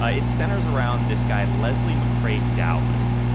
ah it centers around this guy leslie mccrae dowless,